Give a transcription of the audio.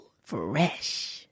fresh